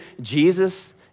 Jesus